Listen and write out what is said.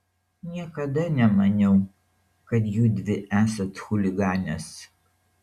niekada nemaniau kad judvi esat chuliganės